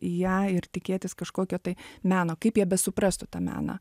į ją ir tikėtis kažkokio tai meno kaip jie besuprastų tą meną